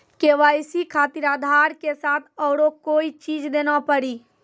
KYC खातिर आधार के साथ औरों कोई चीज देना पड़ी?